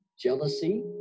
jealousy